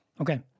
Okay